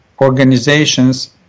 organizations